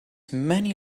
many